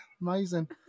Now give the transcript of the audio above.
amazing